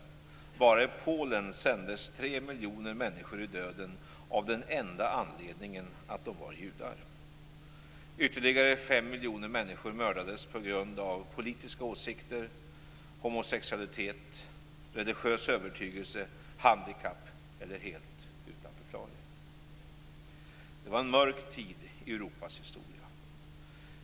Bara i Polen sändes tre miljoner människor i döden av den enda anledningen att de var judar. Ytterligare fem miljoner människor mördades på grund av politiska åsikter, homosexualitet, religiös övertygelse, handikapp eller helt utan förklaring. Det var en mörk tid i Europas historia.